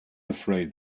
afraid